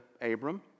Abram